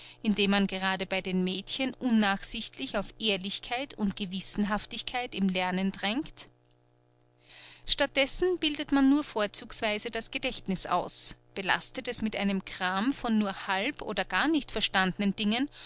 indem man grade bei den mädchen unnachsichtlich auf ehrlichkeit und gewissenhaftigkeit im lernen dringt statt dessen bildet man nur vorzugsweise das gedächtniß aus belastet es mit einem kram von nur halb oder gar nicht verstandnen dingen